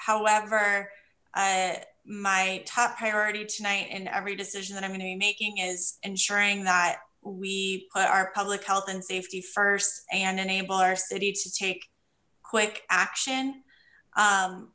however my top priority tonight in every decision that i'm going to be making is ensuring that we put our public health and safety first and enable our city to take quick action